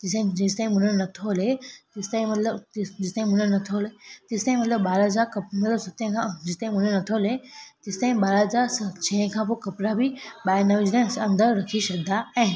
जेसताई जेसताईं मुनणु नथो लहे तेसताईं मतलबु तेस जेसताईं मुनणु नथो लहे तेसताईं मतलबु ॿार जा कप मतलबु सतें खां जेसताईं मुनणु नथो लहे तेसताईं ॿार जा स छहें खां पोइ कपिड़ा बि ॿाहिरि न विझंदा आहियूं असां अंदरि रखी छॾंदा आहियूं